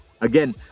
Again